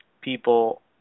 people